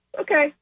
okay